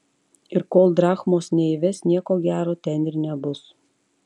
ir kol drachmos neįves nieko gero ten ir nebus